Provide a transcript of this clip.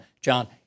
John